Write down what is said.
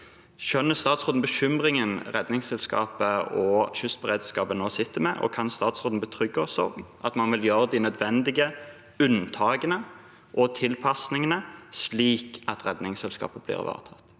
Skjønner statsråden bekymringen Redningsselskapet og kystberedskapen nå sitter med, og kan statsråden trygge oss på at man vil gjøre de nødvendige unntakene og tilpasningene slik at Redningsselskapet blir ivaretatt?